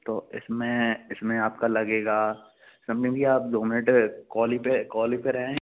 तो इसमें इसमें आपका लगेगा आप दो मिनट कॉल ही पर कॉल ही पर रहें